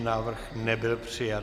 Návrh nebyl přijat.